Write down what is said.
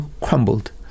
crumbled